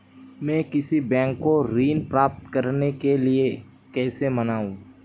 मैं किसी बैंक को ऋण प्राप्त करने के लिए कैसे मनाऊं?